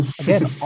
Again